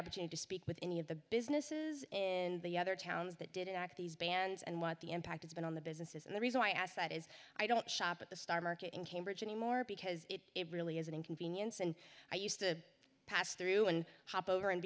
opportunity to speak with any of the businesses in the other towns that didn't act these bans and what the impact has been on the businesses and the reason i ask that is i don't shop at the star market in cambridge anymore because it really is an inconvenience and i used to pass through and hop over and